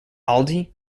aldi